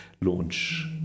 launch